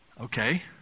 okay